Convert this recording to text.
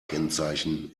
kennzeichen